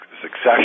succession